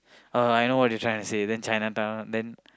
uh I know what you trying to say then Chinatown then